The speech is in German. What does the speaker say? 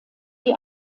die